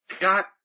got